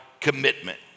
commitment